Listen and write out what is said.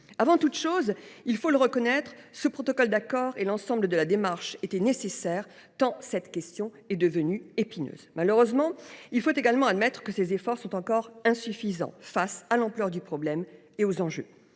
Avant toute chose, il faut le reconnaître, ce protocole d’accord et l’ensemble de la démarche étaient nécessaires, tant cette question est devenue épineuse. Malheureusement, il faut également admettre que ces efforts sont encore insuffisants face à l’ampleur du problème et aux enjeux.